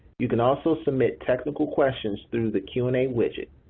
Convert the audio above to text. you can also submit technical questions through the q and a widget.